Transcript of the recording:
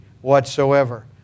whatsoever